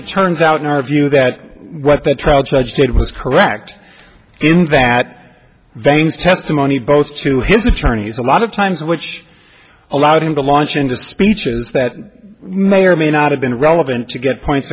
it turns out in our view that what the trial judge did was correct in that vein as testimony both to his attorneys a lot of times which allowed him to launch into speeches that may or may not have been relevant to get points